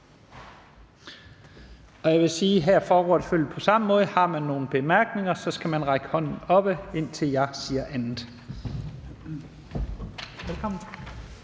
Jeg vil sige, at her foregår det selvfølgelig på samme måde; har man nogen bemærkninger, skal man række hånden op, indtil jeg siger andet. Velkommen.